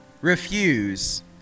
refuse